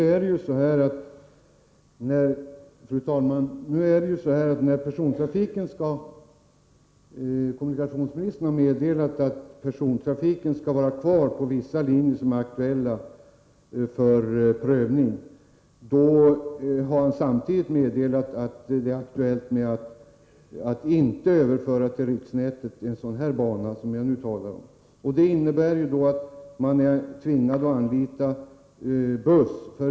Fru talman! Kommunikationsministern har meddelat att persontrafiken skall vara kvar på vissa linjer som är aktuella för prövning. Han har samtidigt meddelat att det inte är aktuellt att till riksnätet överföra en sådan bana som den jag nu talar om. Det innebär att man är tvingad att anlita buss.